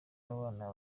w’abana